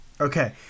Okay